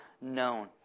known